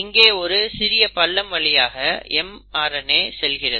இங்கே ஒரு சிறிய பள்ளம் வழியாக RNA செல்கிறது